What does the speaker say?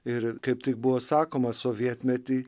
ir kaip tai buvo sakoma sovietmety